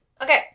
Okay